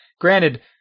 granted